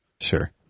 sure